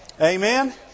Amen